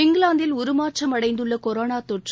இங்கிலாந்தில் உருமாற்றம் அடைந்துள்ள கொரோனா தொற்று